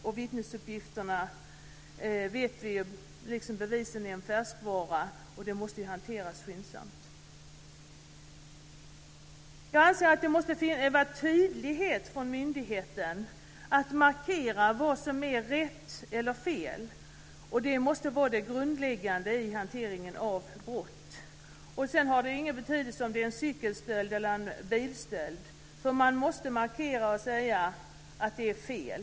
Och vi vet att vittnesuppgifter liksom bevis är en färskvara som måste hanteras skyndsamt. Jag anser att myndigheten måste vara tydlig och markera vad som är rätt eller fel. Det måste vara det grundläggande i hanteringen av brott. Sedan har det ingen betydelse om det är fråga om en cykelstöld eller en bilstöld. Man måste markera och säga att det är fel.